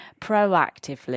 proactively